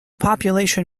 population